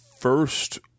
first